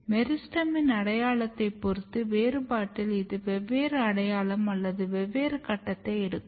மெரிஸ்டெமின் அடையாளத்தைப் பொறுத்து வேறுபாட்டில் இது வெவ்வேறு அடையாளம் அல்லது வெவ்வேறு கட்டத்தை எடுக்கும்